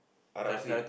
Arab Street